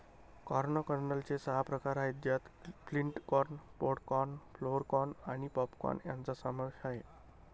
corn कर्नलचे सहा प्रकार आहेत ज्यात flint corn, pod corn, flour corn आणि पॉप कॉर्न यांचा समावेश आहे